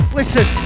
listen